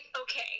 okay